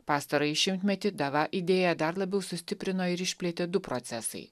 pastarąjį šimtmetį dava idėją dar labiau sustiprino ir išplėtė du procesai